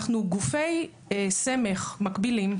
אנחנו גופי סמך מקבילים,